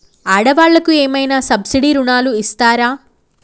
ఆడ వాళ్ళకు ఏమైనా సబ్సిడీ రుణాలు ఇస్తారా?